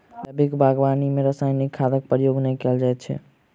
जैविक बागवानी मे रासायनिक खादक प्रयोग नै कयल जाइत छै